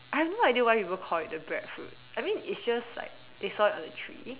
I have no idea why people call it the breadfruit I mean is just like they saw it on a tree